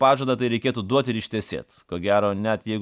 pažadą tai reikėtų duot ir ištesėt ko gero net jeigu